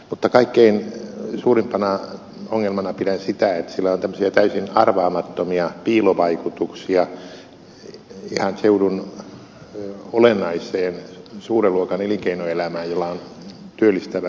mutta kaikkein suurimpana ongelmana pidän sitä että sillä on tämmöisiä täysin arvaamattomia piilovaikutuksia ihan seudun olennaiseen suuren luokan elinkeinoelämään jolla on työllistävä merkitys